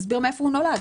מאיפה הוא נולד.